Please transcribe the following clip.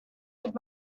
could